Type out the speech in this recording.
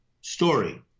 story